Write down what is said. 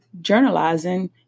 journalizing